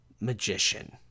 magician